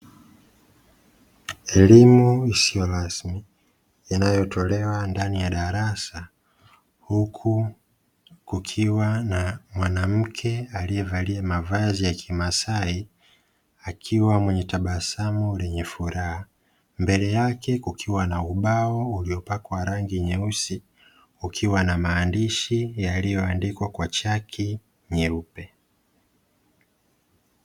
Elimu isiyo rasmi inayotolewa ndani ya darasa huku kukiwa na mwanamke aliyevalia mavazi ya kimaasai akiwa mwenye tabasamu lenye furaha, mbele yake kukiwa na ubao uliopakwa rangi nyeusi ukiwa na maandishi yaliyoandikwa kwa chaki nyeupe.